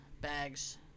bags